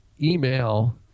email